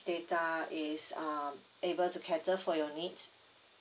data is um able to cater for your needs